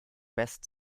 best